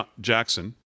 Jackson